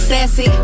Sassy